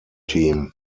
team